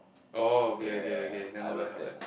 oh okay okay okay then not bad not bad